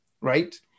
right